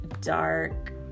dark